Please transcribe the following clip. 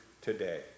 today